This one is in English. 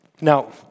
Now